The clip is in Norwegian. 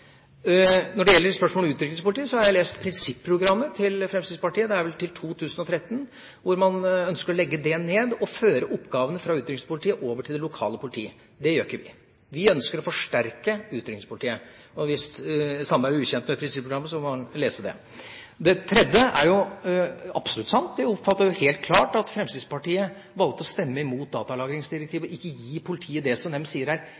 gjelder vel til 2013 – hvor man ønsker å legge det ned og føre oppgavene fra utrykningspolitiet over til det lokale politiet. Det gjør ikke vi. Vi ønsker å forsterke utrykningspolitiet. Hvis Sandberg er ukjent med prinsipprogrammet, må han lese det. Det tredje er jo absolutt sant. Jeg oppfatter helt klart at Fremskrittspartiet valgte å stemme imot datalagringsdirektivet og ikke gi politiet det de sier